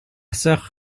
soeur